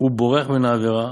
ובורח מן העבירה,